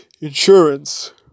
insurance